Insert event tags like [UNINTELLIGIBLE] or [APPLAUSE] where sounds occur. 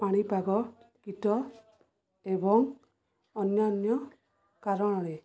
ପାଣିପାଗ [UNINTELLIGIBLE] ଏବଂ ଅନ୍ୟାନ୍ୟ କାରଣରେ